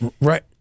Right